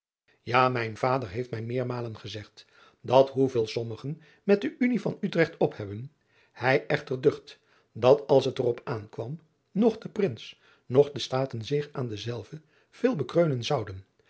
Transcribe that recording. a mijn vader heeft mij meermalen gezegd dat hoeveel sommigen met de nie van trecht op hebben hij echter ducht dat als het er op aankwam noch de rins noch de taten zich aan dezelve veel bekreunen zouden